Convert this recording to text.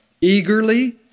eagerly